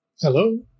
Hello